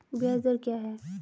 ब्याज दर क्या है?